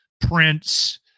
Prince